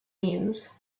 means